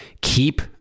Keep